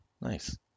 Nice